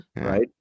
right